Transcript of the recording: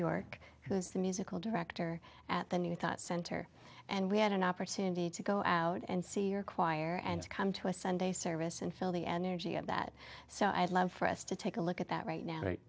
york who is the musical director at the new thought center and we had an opportunity to go out and see your choir and come to a sunday service and feel the energy of that so i'd love for us to take a look at that right